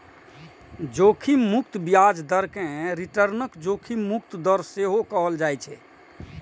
जोखिम मुक्त ब्याज दर कें रिटर्नक जोखिम मुक्त दर सेहो कहल जाइ छै